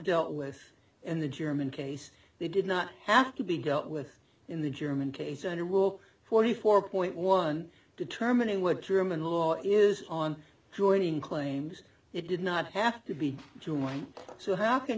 dealt with in the german case they did not have to be dealt with in the german case and it will forty four point one determining what german law is on joining claims it did not have to be doing so how can